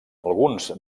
alguns